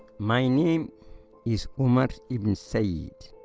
my name is omar ibn said,